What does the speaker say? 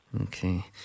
Okay